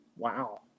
Wow